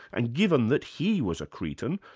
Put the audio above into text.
and given that he was a cretan,